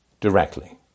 directly